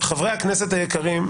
חברי הכנסת היקרים,